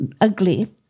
ugly